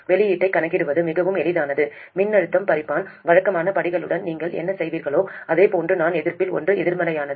வெளியீட்டைக் கணக்கிடுவது மிகவும் எளிதானது மின்னழுத்தம் பிரிப்பான் வழக்கமான படிகளுடன் நீங்கள் என்ன செய்வீர்களோ அதே போன்று தான் எதிர்ப்பில் ஒன்று எதிர்மறையானது